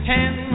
Ten